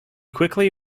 quickly